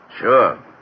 Sure